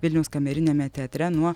vilniaus kameriniame teatre nuo